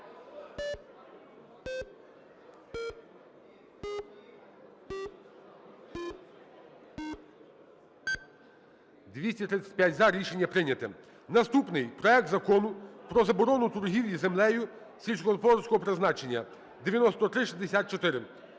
За-235 Рішення прийнято. Наступний. Проект Закону про заборону торгівлі землею сільськогосподарського призначення (9364).